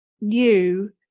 new